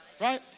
Right